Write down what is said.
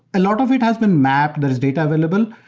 a lot of it has been mapped that is data available,